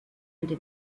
into